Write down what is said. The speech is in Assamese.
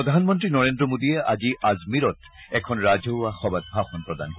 প্ৰধানমন্ত্ৰী নৰেন্দ্ৰ মোদীয়ে আজি আজমিৰত এখন ৰাজহুৱা সভাত ভাষণ প্ৰদান কৰিব